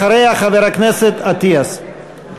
אחריה, חבר הכנסת אטיאס.